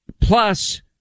plus